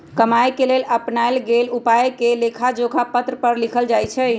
कमाए के लेल अपनाएल गेल उपायके लेखाजोखा पत्र पर लिखल जाइ छइ